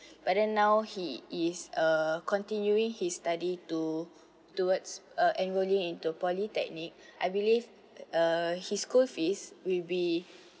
but then now he is uh continuing his study to towards uh enrolling into polytechnic I believe uh his school fees will be